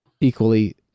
equally